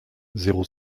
zéro